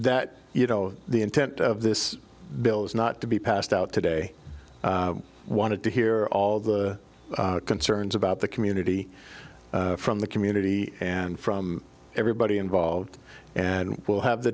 that you know the intent of this bill is not to be passed out today i wanted to hear all the concerns about the community from the community and from everybody involved and we will have the